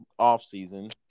offseason